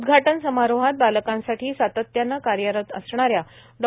उद्घाटन समारोहात बालकांसाठी सातत्याने कार्यरत असणाऱ्या डॉ